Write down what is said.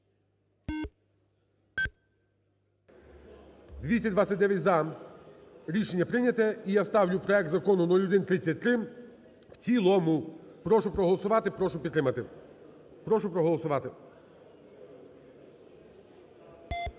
За-229 Рішення прийнято. І я ставлю проект закону 0133 в цілому. Прошу проголосувати, прошу підтримати. Прошу проголосувати.